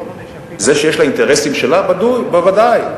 זה שיש לה אינטרסים שלה, בוודאי.